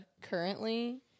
currently